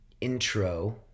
intro